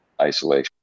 isolation